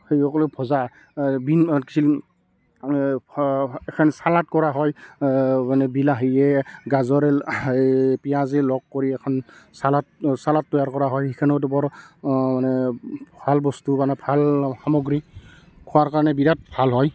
সেয়া ক'লোঁ ভজা বিন চিন এখন ছালাড কৰা হয় মানে বিলাহীয়ে গাজৰে ল সেই পিঁয়াজে লগ কৰি এখন ছালাড ছালাড তৈয়াৰ কৰা হয় সেইখনতো বৰ মানে ভাল বস্তু মানে ভাল সামগ্ৰী খোৱাৰ কাৰণে বিৰাট ভাল হয়